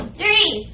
three